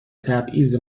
تبعیض